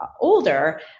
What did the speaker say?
older